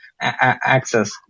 access